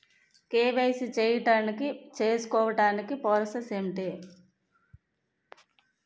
KYC చేసుకోవటానికి process ఏంటి?